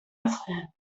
affair